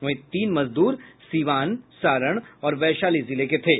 वहीं तीन मजदूर सीवान सारण और वैशाली जिले के थे